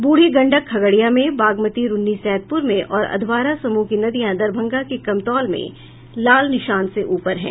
बूढ़ी गंडक खगड़िया में बागमती रून्नीसैदपुर में और अधवारा समूह की नदियां दरभंगा के कमतौल में लाल निशान से ऊपर है